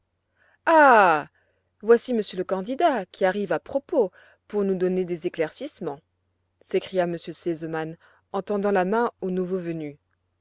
voici monsieur le candidat qui arrive à propos pour nous donner des éclaircissements s'écria m r sesemannen tendant la main au nouveau venu